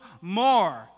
more